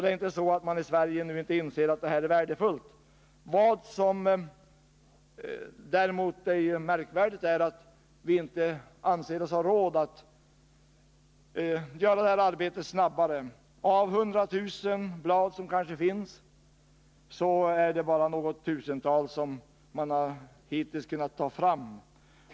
Det är inte så numera att man i Sverige inte anser att de här handskrifterna är värdefulla. Men vad som är märkligt är att vi inte anser oss ha råd att göra detta arbete snabbare. Av kanske 100 000 blad är det bara något tusental som hittills har kunnat tas fram.